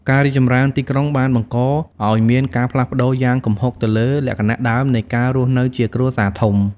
ការរីកចម្រើនទីក្រុងបានបង្កឱ្យមានការផ្លាស់ប្ដូរយ៉ាងគំហុកទៅលើលក្ខណៈដើមនៃការរស់នៅជាគ្រួសារធំ។